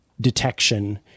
detection